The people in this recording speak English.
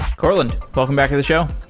courtland, welcome back to the show.